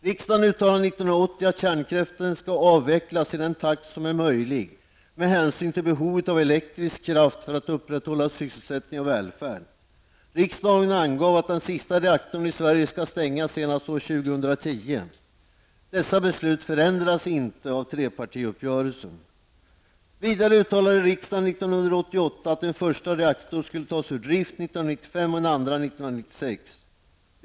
Riksdagen uttalade år 1980 att kärnkraften skall avvecklas i den takt som är möjlig med hänsyn till behovet av elektrisk kraft för att upprätthålla sysselsättning och välfärd. Riksdagen angav att den sista reaktorn i Sverige skall stängas senast år 2010. Dessa beslut förändras inte av trepartiuppgörelsen. Vidare uttalade riksdagen år 1988 att den första reaktorn skulle tas ur drift år 1995 och en andra år 1996.